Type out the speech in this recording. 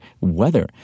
weather